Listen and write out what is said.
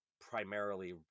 primarily